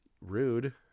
Rude